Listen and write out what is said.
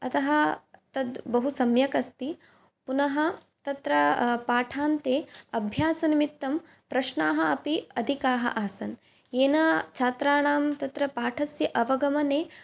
अतः तद्बहुसम्यक् अस्ति पुनः तत्र पाठान्ते अभ्यासनिमित्तं प्रश्नाः अपि अधिकाः आसन् येन छात्राणां तत्र पाठस्य अवगमने